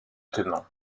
tenant